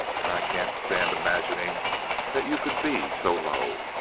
and i can't stand imagining that you could be so low.